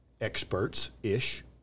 experts-ish